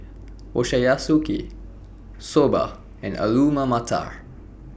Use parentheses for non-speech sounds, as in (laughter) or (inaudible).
Ochazuke Soba and Alu (unintelligible) Matar